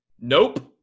Nope